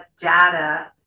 data